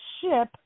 ship